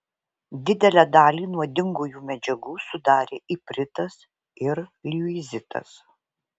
didelę dalį nuodingųjų medžiagų sudarė ipritas ir liuizitas